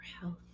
health